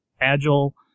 Agile